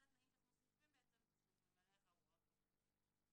אחד התנאים שאנחנו מוסיפים זה שהוא ממלא אחרי הוראות התקנת מצלמות.